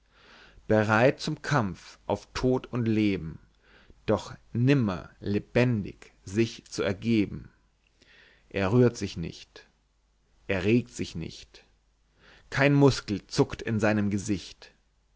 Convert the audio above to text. bereit zum kampf auf tod und leben doch nimmer lebendig sich zu ergeben er rührt sich nicht er regt sich nicht keine muskel zuckt in seinem gesicht